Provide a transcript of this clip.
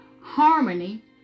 harmony